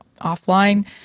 offline